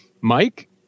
Mike